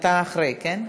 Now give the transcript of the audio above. אתה אחרי, כן?